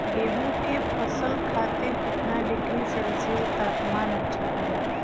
गेहूँ के फसल खातीर कितना डिग्री सेल्सीयस तापमान अच्छा होला?